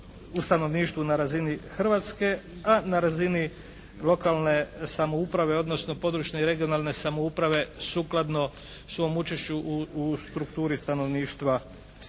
u stanovništvu na razini Hrvatske. A na razini lokalne samouprave odnosno područne i regionalne samouprave sukladno svom učešću u strukturi stanovništva dotične